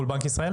מול בנק ישראל?